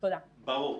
ברור.